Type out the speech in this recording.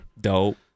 Dope